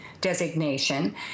designation